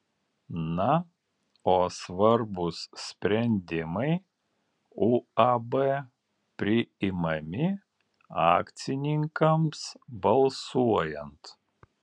na o svarbūs sprendimai uab priimami akcininkams balsuojant